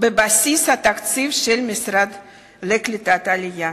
בבסיס התקציב של המשרד לקליטת העלייה.